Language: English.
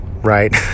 right